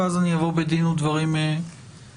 ואז אני אבוא בדין ודברים אתכם.